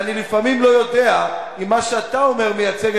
שאני לפעמים לא יודע אם מה שאתה אומר מייצג